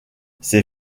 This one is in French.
ces